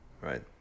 Right